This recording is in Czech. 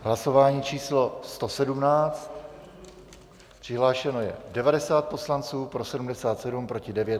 Hlasování číslo 117, přihlášeno je 90 poslanců, pro 77, proti 9.